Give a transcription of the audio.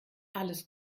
alles